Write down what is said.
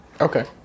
Okay